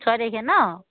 ছয় তাৰিখে নহ্